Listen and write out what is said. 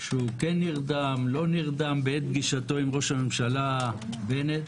שכן נרדם, לא נרדם בעת פגישתו עם ראש הממשלה בנט.